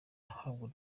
ahabwa